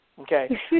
Okay